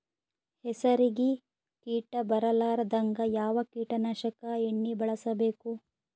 ಹೆಸರಿಗಿ ಕೀಟ ಬರಲಾರದಂಗ ಯಾವ ಕೀಟನಾಶಕ ಎಣ್ಣಿಬಳಸಬೇಕು?